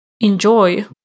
enjoy